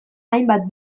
hainbat